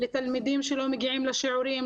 לתלמידים שלא מגיעים לשיעורים,